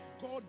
god